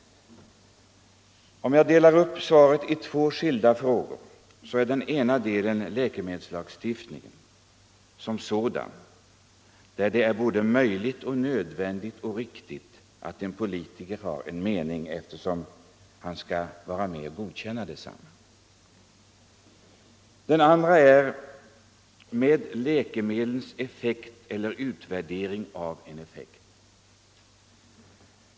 Om jag delar upp svaret i två skilda delar, så gäller den ena delen läkemedelslagstiftningen som sådan. Där är det möjligt, nödvändigt och riktigt att en politiker har en mening eftersom han skall vara med och godkänna denna lagstiftning. Den andra delen gäller läkemedlens effekt eller utvärdering av en effekt.